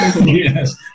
Yes